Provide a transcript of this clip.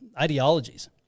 ideologies